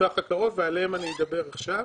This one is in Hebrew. לטווח הקרוב ועליהם אני אדבר עכשיו.